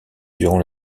durant